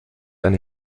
eine